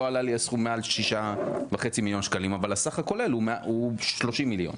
הסכום לא עלה מעל 6.5 מיליון שקלים אבל הסך הכולל הוא 30 מיליון.